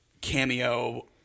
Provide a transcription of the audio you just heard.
cameo